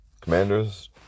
Commanders